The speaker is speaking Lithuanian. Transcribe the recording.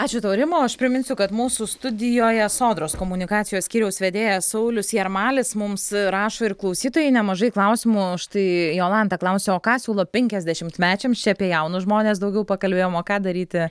ačiū tau rima o aš priminsiu kad mūsų studijoje sodros komunikacijos skyriaus vedėjas saulius jarmalis mums rašo ir klausytojai nemažai klausimų štai jolanta klausia o ką siūlo penkiasdešimtmečiams čia apie jaunus žmones daugiau pakalbėjom o ką daryti